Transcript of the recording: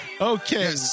Okay